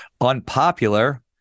unpopular